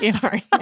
Sorry